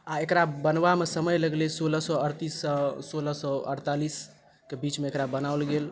आ एकरा बनबामे समय लगलै सोलह सए अड़तीस सँ सोलह सए अड़तालीस केँ बीचमे एकरा बनाओल गेल